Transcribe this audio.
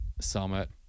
summit